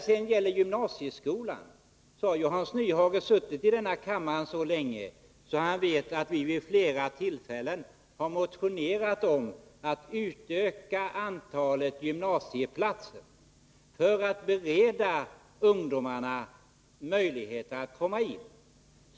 Hans Nyhage har ju suttit med i den här kammaren så länge att han borde veta att vi vid flera tillfällen har motionerat om ett utökat antal gymnasieplatser för att bereda ungdomarna möjligheter att komma in.